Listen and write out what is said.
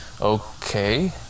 okay